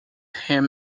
him